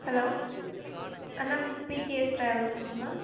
hello அண்ணா PKS ட்ராவல்ஸ்சுங்களா